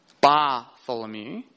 Bartholomew